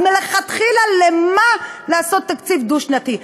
אז מלכתחילה למה לעשות תקציב דו-שנתי?